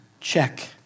Check